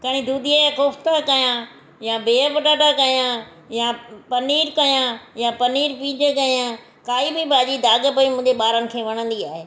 खणी दुधी जा कोफ्ता कया या बीह पटाटा कया या पनीर कया या पनीर बीज कया काई बि भाॼी दाघ पई मुंहिंजे ॿारनि खे वणंदी आहे